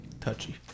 touchy